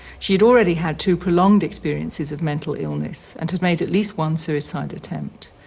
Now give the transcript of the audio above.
she had already had two prolonged experiences of mental illness and had made at least one suicide attempt.